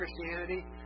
Christianity